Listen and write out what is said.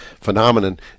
phenomenon